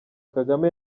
kagame